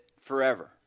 forever